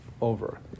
over